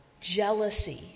jealousy